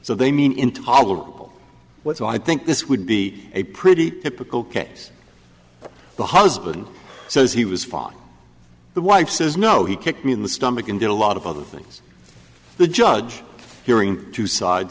so they mean intolerable what so i think this would be a pretty typical case the husband says he was following the wife says no he kicked me in the stomach and did a lot of other things the judge hearing two side